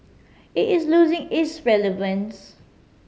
it is losing its relevance